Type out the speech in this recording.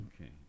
Okay